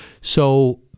So-